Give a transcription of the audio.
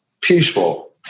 peaceful